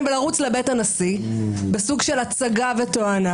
ולרוץ לבית הנשיא בסוג של הצגה וטוענה,